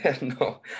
no